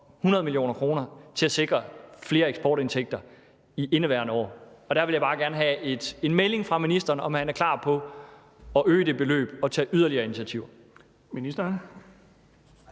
100 mio. kr. til at sikre flere eksportindtægter i indeværende år. Og der vil jeg bare gerne have en melding fra ministeren, om han er klar til at øge det beløb og tage yderligere initiativer.